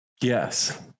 Yes